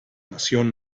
nación